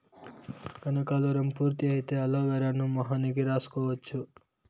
కనకాలురం పూర్తి అయితే అలోవెరాను మొహానికి రాసుకోవచ్చు